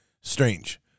Strange